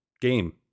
game